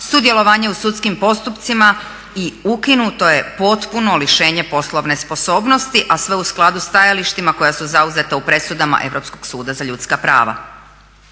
sudjelovanje u sudskim postupcima i ukinuto je potpuno lišenje poslovne sposobnosti, a sve u skladu sa stajalištima koja su zauzeta u presudama Europskog suda za ljudska prava.